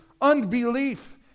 unbelief